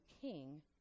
king